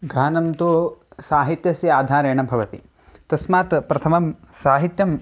गानं तु साहित्यस्य आधारेण भवति तस्मात् प्रथमं साहित्यं